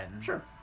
Sure